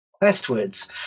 westwards